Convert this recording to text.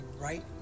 right